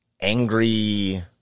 angry